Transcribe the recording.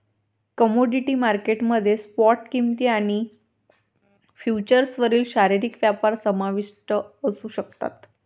commodity market मध्ये spot किंमती आणि फ्युचर्सवरील शारीरिक व्यापार समाविष्ट असू शकतात